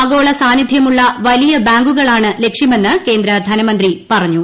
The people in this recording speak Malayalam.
ആഗോള സാനിധ്യമുള്ള വലിയ ബാങ്കുകളാണ് ലക്ഷ്യമെന്ന് ്ടകേന്ദ്ര ധനമന്ത്രി പറഞ്ഞു